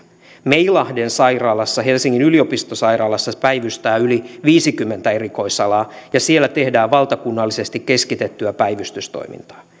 meilahden sairaalassa helsingin yliopistosairaalassa päivystää yli viisikymmentä erikoisalaa ja siellä tehdään valtakunnallisesti keskitettyä päivystystoimintaa